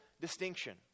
distinction